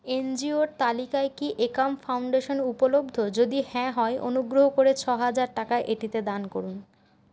N জি ওর তালিকায় কি একাম ফাউন্ডেশন উপলব্ধ যদি হ্যাঁ হয় অনুগ্রহ করে ছ হাজার টাকা এটিতে দান করুন